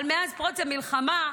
אבל מאז פרוץ המלחמה,